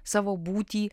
savo būtį